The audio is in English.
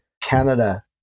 Canada